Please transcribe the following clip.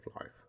life